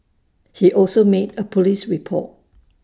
he also made A Police report